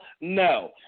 No